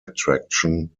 attraction